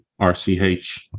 RCH